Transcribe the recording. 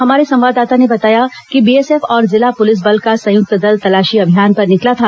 हमारे संवाददाता ने बताया कि बीएसएफ और जिला पुलिस बल का संयुक्त दल तलाशी अभियान पर निकला था